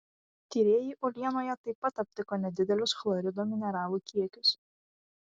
tyrėjai uolienoje taip pat aptiko nedidelius chlorido mineralų kiekius